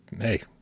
hey